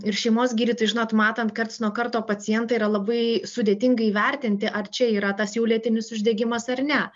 ir šeimos gydytojui žinot matant karts nuo karto pacientą yra labai sudėtinga įvertinti ar čia yra tas jau lėtinis uždegimas ar ne